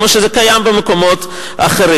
כמו שזה קיים במקומות אחרים.